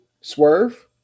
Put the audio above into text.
Swerve